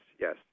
yes